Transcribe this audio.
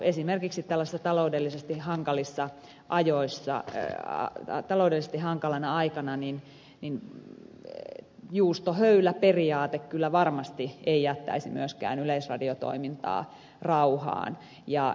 esimerkiksi tällaisena taloudellisesti hankalista ajoista ja otello ristihankalana hankalana aikana juustohöyläperiaate kyllä varmasti ei jättäisi myöskään yleisradiotoimintaa rauhaan